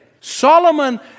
Solomon